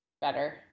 Better